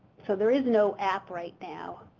so, there is no app right now.